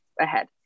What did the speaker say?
ahead